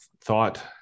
thought